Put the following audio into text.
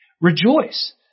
Rejoice